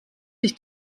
sich